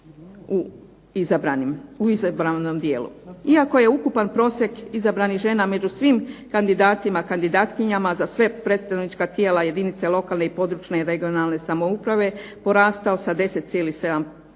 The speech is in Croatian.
u izabranom dijelu. Iako je ukupan prosjek izabranih žena među svim kandidatima i kandidatkinjama za sva predstavnička tijela jedinica lokalne i područne (regionalne) samouprave porastao sa 10,7%